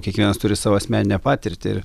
kiekvienas turi savo asmeninę patirtį ir